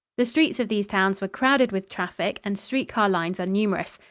the streets of these towns were crowded with traffic and streetcar lines are numerous.